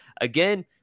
again